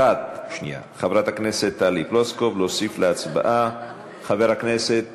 חברת הכנסת טלי פלוסקוב, להוסיף להצבעה, חבר הכנסת